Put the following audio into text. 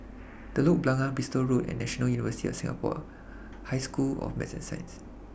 Telok Blangah Bristol Road and National University of Singapore High School of Math and Science